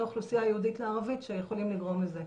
האוכלוסייה היהודית לערבית שיכולים לגרום לזה.